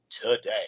today